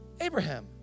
Abraham